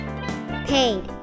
Paid